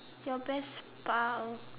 your best pal